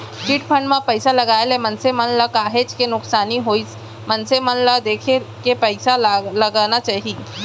chit fund म पइसा लगाए ले मनसे मन ल काहेच के नुकसानी होइस मनसे मन ल देखे के पइसा लगाना चाही